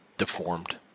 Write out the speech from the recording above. Deformed